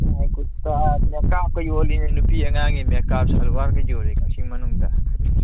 ꯌꯥꯏ ꯀꯨꯔꯇꯥ ꯃꯦꯀꯥꯞꯀ ꯌꯣꯜꯂꯤꯃꯦ ꯅꯨꯄꯤ ꯑꯉꯥꯡꯒꯤ ꯃꯦꯀꯥꯞ ꯁꯜꯋꯥꯔꯒ ꯌꯣꯜꯂꯤ ꯀꯛꯆꯤꯡ ꯃꯅꯨꯡꯗ